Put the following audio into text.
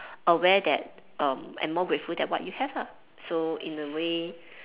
aware that um and more grateful than what you have ah so in a way